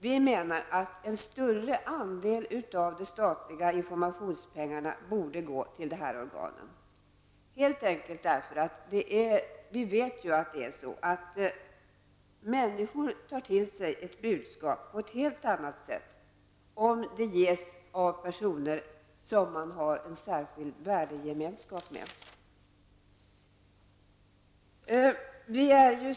Vi menar att en större andel av de statliga informationspengarna borde gå till dessa organisationer, helt enkelt därför att vi vet att människor tar till sig ett budskap på ett helt annat sätt om det ges av personer som de har en särskild värdegemenskap med.